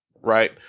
right